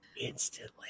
instantly